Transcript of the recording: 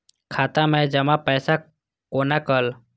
खाता मैं जमा पैसा कोना कल